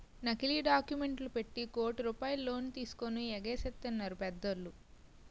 నకిలీ డాక్యుమెంట్లు పెట్టి కోట్ల రూపాయలు లోన్ తీసుకొని ఎగేసెత్తన్నారు పెద్దోళ్ళు